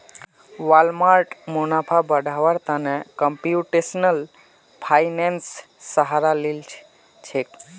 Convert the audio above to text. Walmart मुनाफा बढ़व्वार त न कंप्यूटेशनल फाइनेंसेर सहारा ली छेक